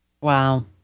Wow